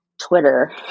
Twitter